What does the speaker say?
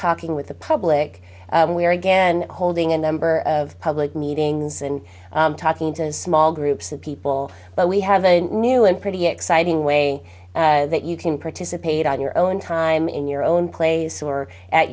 talking with the public we're again holding a number of public meetings and talking to small groups of people but we have a new and pretty exciting way that you you can participate on your own time in your own place or at